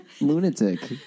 lunatic